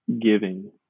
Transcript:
giving